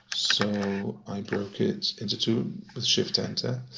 so i broke it into two with shift enter.